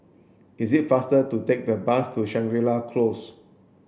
is it faster to take the bus to Shangri La Close